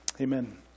Amen